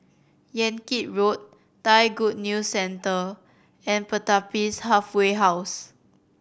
Yan Kit Road Thai Good News Centre and Pertapis Halfway House